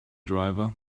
driver